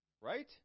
right